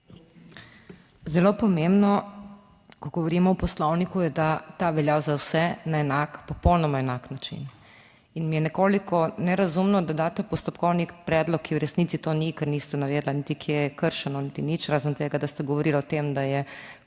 (VP) 13.20** (nadaljevanje) ta velja za vse na enak, popolnoma enak način. In mi je nekoliko nerazumno, da daste postopkovni predlog, ki v resnici to ni, ker niste navedli niti, kje je kršeno niti nič, razen tega, da ste govorili o tem, da je